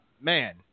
man